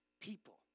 people